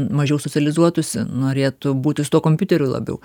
mažiau socializuotųsi norėtų būti su tuo kompiuteriu labiau